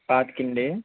పాతికేండి